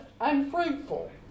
unfruitful